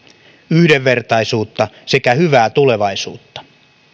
yhdenvertaisuutta sekä hyvää tulevaisuutta